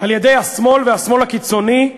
על-ידי השמאל והשמאל הקיצוני?